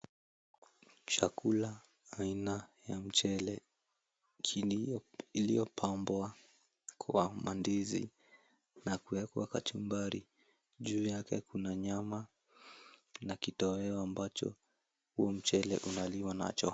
Chakula aina ya mchele iliopambwa kwa mandizi na kuwekwa kachumbari. Juu yake kuna nyama na kitoweo ambacho huo mchele unaliwa nacho.